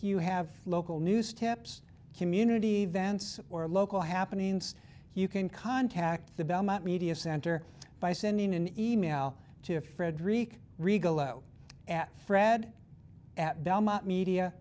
you have local news tips community events or local happenings you can contact the belmont media center by sending an e mail to frederick regal at fred at belmont media